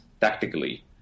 tactically